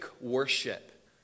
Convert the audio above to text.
worship